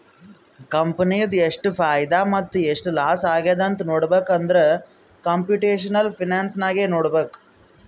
ಕಂಪನಿದು ಎಷ್ಟ್ ಫೈದಾ ಮತ್ತ ಎಷ್ಟ್ ಲಾಸ್ ಆಗ್ಯಾದ್ ನೋಡ್ಬೇಕ್ ಅಂದುರ್ ಕಂಪುಟೇಷನಲ್ ಫೈನಾನ್ಸ್ ನಾಗೆ ನೋಡ್ಬೇಕ್